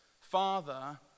father